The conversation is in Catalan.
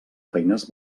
feines